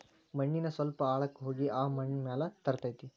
ಮಣ್ಣಿನ ಸ್ವಲ್ಪ ಆಳಕ್ಕ ಹೋಗಿ ಆ ಮಣ್ಣ ಮ್ಯಾಲ ತರತತಿ